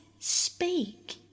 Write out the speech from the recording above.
Speak